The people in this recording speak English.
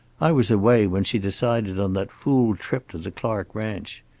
i was away when she decided on that fool trip to the clark ranch.